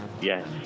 Yes